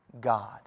God